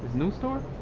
new store?